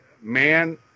man